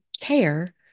care